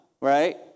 right